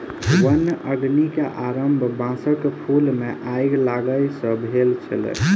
वन अग्नि के आरम्भ बांसक फूल मे आइग लागय सॅ भेल छल